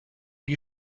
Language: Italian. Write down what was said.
gli